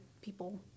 people